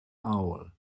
owl